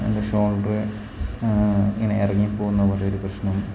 എൻ്റെ ഷോൾഡറ് ഇങ്ങനെ ഇറങ്ങി പോവുന്ന പോലെ ഒരു പ്രശ്നം